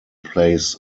plays